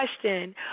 question